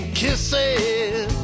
kisses